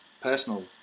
personal